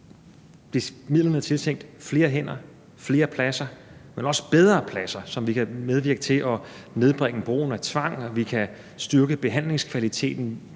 er tiltænkt flere hænder og flere pladser, men også bedre pladser, så vi kan medvirke til at nedbringe brugen af tvang, og så vi kan styrke behandlingskvaliteten